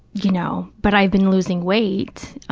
you know, but i've been losing weight,